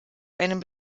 einem